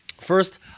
First